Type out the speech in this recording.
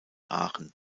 aachen